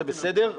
זה בסדר,